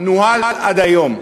נוהל עד היום.